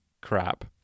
crap